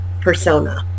persona